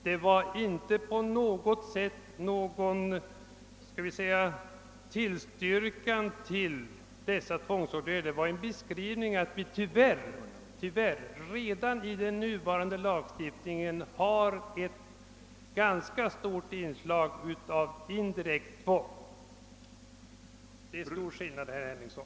Det innebar inte på något sätt en tillstyrkan av dessa tvångsåtgärder, utan det var en beskrivning som visade att vi tyvärr redan i den nuvarande lagstiftningen har ett ganska stort inslag av indirekt tvång. Det är stor skillnad, herr Henningsson.